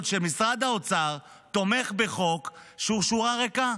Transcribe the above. שמשרד האוצר תומך בחוק שהוא שורה ריקה,